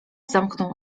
zamknął